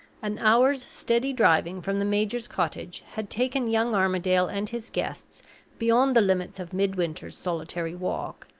an hour's steady driving from the major's cottage had taken young armadale and his guests beyond the limits of midwinter's solitary walk,